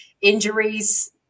injuries